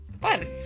Fun